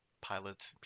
pilot